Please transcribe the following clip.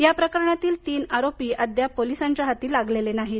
या प्रकरणातील तीन आरोपी अद्याप पोलिसांच्या हाती लागले नाहीत